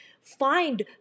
find